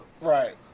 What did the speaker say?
Right